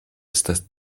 estas